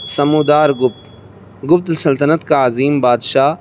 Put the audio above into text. سمودار گپت گپت سلطنت کا عظیم بادشاہ